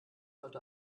heute